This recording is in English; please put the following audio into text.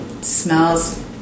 Smells